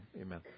Amen